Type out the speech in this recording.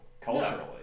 culturally